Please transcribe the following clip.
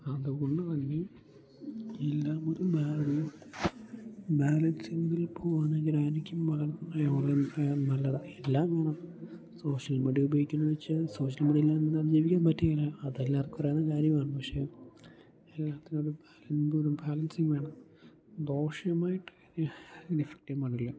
അതുകൊണ്ടുതന്നെ എല്ലാവരും ബാലൻസിംഗിൽ പോകുന്നതായിരിക്കും എല്ലാം നല്ലതാണ് എല്ലാം വേണം സോഷ്യൽ മീഡിയ ഉപയോഗിക്കണം വെച്ചാൽ സോഷ്യൽ മീഡിയയില്ലാതെ നമുക്ക് ഇന്ന് ജീവിക്കാൻ പറ്റില്ല അതെല്ലാവർക്കും അറിയാവുന്ന കാര്യമാണ് പക്ഷെ എല്ലാത്തിനും ഒരു എന്തോരം ബാലൻസിംഗ് വേണം ദോഷമായിട്ട് ഇഫക്ട് ചെയ്യാൻ പാടില്ല